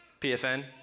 PFN